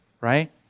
right